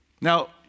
Now